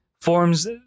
forms